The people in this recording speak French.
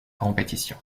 compétition